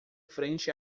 frente